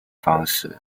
方式